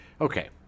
Okay